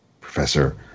professor